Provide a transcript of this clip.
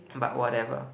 but whatever